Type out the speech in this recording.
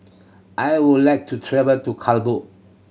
I would like to travel to Kabul